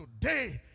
today